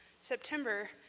September